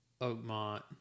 Oakmont